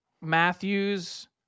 Matthews